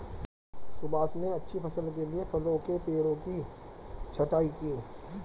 सुभाष ने अच्छी फसल के लिए फलों के पेड़ों की छंटाई की